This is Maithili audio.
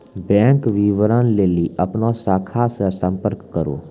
बैंक विबरण लेली अपनो शाखा से संपर्क करो